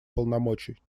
полномочий